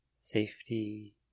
Safety